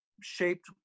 shaped